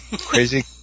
crazy